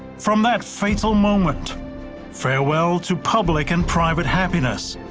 from that fateful moment farewell to public and private happiness.